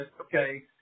Okay